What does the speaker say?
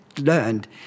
learned